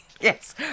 Yes